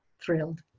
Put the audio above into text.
thrilled